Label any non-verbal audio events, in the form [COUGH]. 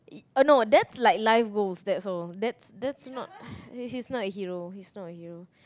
uh no that's like life goals that's all that's that's not [BREATH] he he's not a hero he's not a hero